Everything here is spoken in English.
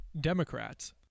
Democrats